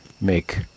make